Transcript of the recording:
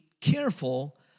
careful